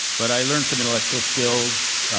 but i learned some intellectual skills,